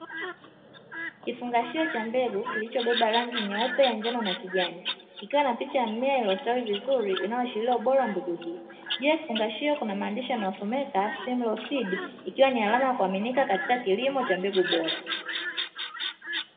Kifungashio cha mbegu kilichobebe rangi ya nyeupe, njano na kijani, kikiwa na picha ya mmea uliostawi vizuri inayoashiria ubora wa mbegu hiyo. Juu ya kifungashio kuna maandishi yanayosomeka "SIMILAW SEEDS" ikiwa ni alama ya kuaminika katika kilimo cha mbegu bora.